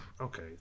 Okay